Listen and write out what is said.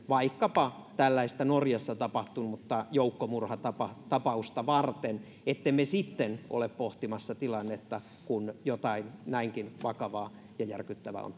vaikkapa tällaista norjassa tapahtunutta joukkomurhatapausta varten ettemme vasta sitten ole pohtimassa tilannetta kun jotain vakavaa ja järkyttävää on